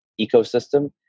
ecosystem